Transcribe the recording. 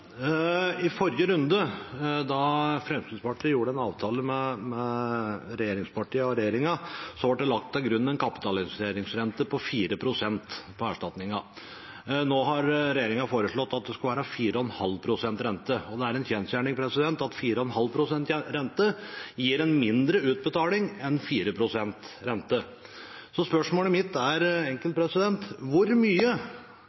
I forrige runde, da Fremskrittspartiet gjorde en avtale med regjeringspartiene og regjeringen, ble det lagt til grunn en kapitaliseringsrente på 4 pst. på erstatningen. Nå har regjeringen foreslått at det skal være 4,5 pst. rente, og det er en kjensgjerning at 4,5 pst. rente gir en mindre utbetaling enn 4 pst. rente. Så spørsmålet mitt er